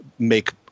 make